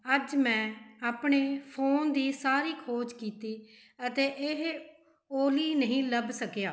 ਅੱਜ ਮੈਂ ਆਪਣੇ ਫ਼ੋਨ ਦੀ ਸਾਰੀ ਖੋਜ ਕੀਤੀ ਅਤੇ ਇਹ ਓਲੀ ਨਹੀਂ ਲੱਭ ਸਕਿਆ